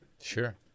Sure